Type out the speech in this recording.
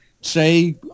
say